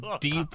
deep